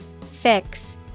Fix